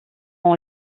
ont